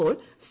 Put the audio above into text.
Paul C